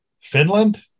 Finland